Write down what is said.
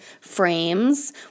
frames